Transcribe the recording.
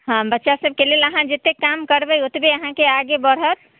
हँ बच्चा सभके लेल अहाँ जते काम करबै ओतबे अहाँके आगे बढ़त